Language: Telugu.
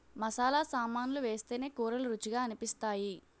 మసాలా సామాన్లు వేస్తేనే కూరలు రుచిగా అనిపిస్తాయి